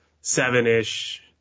seven-ish